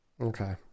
Okay